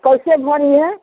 कैसे भरी है